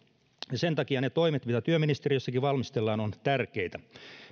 sen takia ne toimet mitä työministeriössäkin valmistellaan ovat tärkeitä